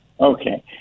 Okay